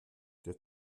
der